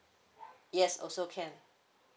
yes also can